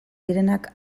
direnak